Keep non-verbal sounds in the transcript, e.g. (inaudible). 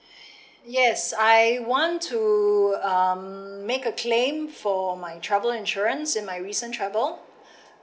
(breath) yes I want to um make a claim for my travel insurance in my recent travel (breath)